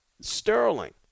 Sterling